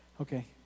Okay